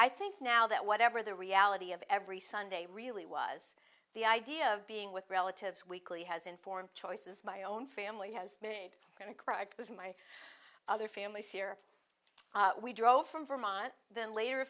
i think now that whatever the reality of every sunday really was the idea of being with relatives weekly has informed choices my own family has made going to cry because my other family here we drove from vermont then later